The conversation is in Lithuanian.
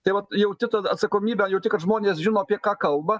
taip vat jauti tą atsakomybę jauti kad žmonės žino apie ką kalba